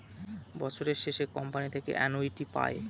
বছরের শেষে কোম্পানি থেকে অ্যানুইটি পায়